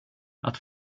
att